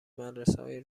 مدرسههای